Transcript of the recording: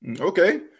Okay